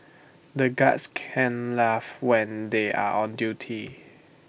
the guards can't laugh when they are on duty